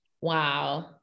Wow